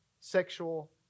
sexual